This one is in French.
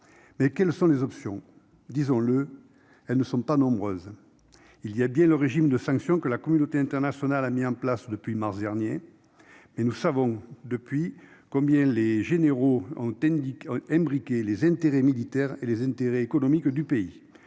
Mais quelles sont les options ? Disons-le, elles ne sont pas nombreuses. Il y a bien le régime de sanctions que la communauté internationale a mis en place depuis mars dernier. Mais nous savons combien les généraux ont imbriqué les intérêts militaires et les intérêts économiques du pays,